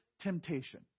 temptation